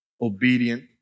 obedient